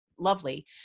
lovely